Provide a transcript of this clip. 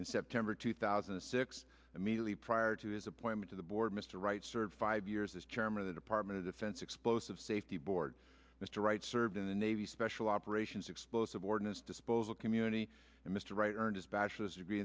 in september two thousand and six immediately prior to his appointment to the board mr wright served five years as chairman of the department of defense explosive safety board mr wright served in the navy special operations explosive ordinance disposal community and mr wright earned his bachelor's degree